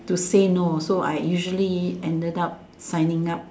to say no so I usually ended up signing up